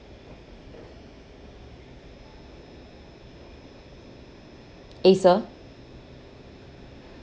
acer